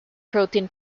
protein